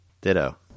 Ditto